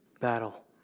battle